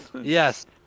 Yes